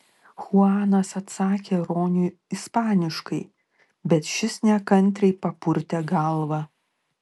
chuanas atsakė roniui ispaniškai bet šis nekantriai papurtė galvą